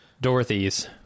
Dorothy's